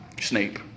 Snape